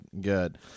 good